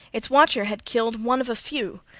its watcher had killed one of a few,